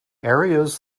areas